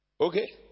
Okay